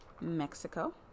Mexico